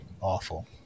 Awful